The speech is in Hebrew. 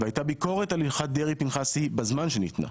והייתה ביקורת על הלכת דרעי-פנחסי בזמן שניתנה,